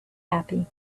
happy